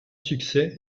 succès